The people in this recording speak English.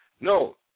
no